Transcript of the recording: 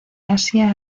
asia